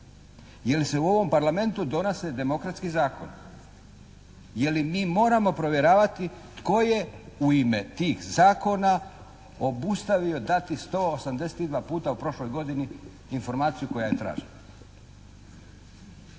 Jel' se u ovom Parlamentu donose demokratski zakoni? Je li mi moramo provjeravati tko je u ime tih zakona obustavio dati 182 puta u prošloj godini informaciju koja je tražena?